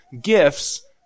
gifts